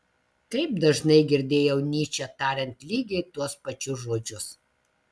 kaip dažnai girdėjau nyčę tariant lygiai tuos pačius žodžius